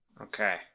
Okay